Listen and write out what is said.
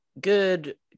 good